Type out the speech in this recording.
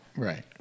Right